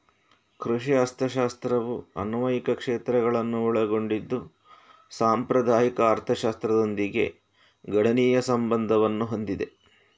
ಕೃಷಿ ಅರ್ಥಶಾಸ್ತ್ರವು ಅನ್ವಯಿಕ ಕ್ಷೇತ್ರಗಳನ್ನು ಒಳಗೊಂಡಿದ್ದು ಸಾಂಪ್ರದಾಯಿಕ ಅರ್ಥಶಾಸ್ತ್ರದೊಂದಿಗೆ ಗಣನೀಯ ಸಂಬಂಧವನ್ನು ಹೊಂದಿದೆ